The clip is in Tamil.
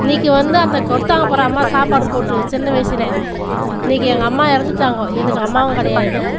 இன்றைக்கு வந்து அந்த கொடுத்தாங்க பார் அம்மா சாப்பாடு போட்டு சின்ன வயசிலே இன்றைக்கு எங்கள் அம்மா இறந்துட்டாங்கோ எனக்கு அம்மாவும் கிடையாது